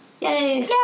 Yay